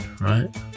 right